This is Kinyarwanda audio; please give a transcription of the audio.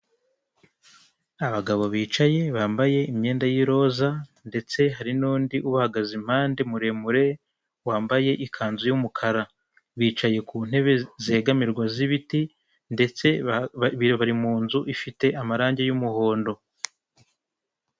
Abagabo bicaye, bambaye imyenda y'iroza, ndetse hari n'undi ubahagaze impande muremure, wambaye ikanzu y'umukara. Bicaye ku ntebe zegamirwa, z'ibiti, ndetse bari mu nzu ifite amarangi y'umuhondo.